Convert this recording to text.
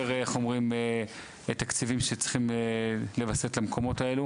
יותר תקציבים שצריכים לווסת למקומות האלו